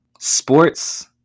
Sports